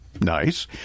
Nice